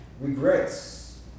regrets